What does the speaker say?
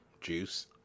juice